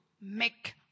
make